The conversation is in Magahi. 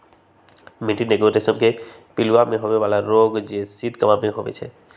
मैटीन एगो रेशम के पिलूआ में होय बला रोग हई जे शीत काममे होइ छइ